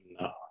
No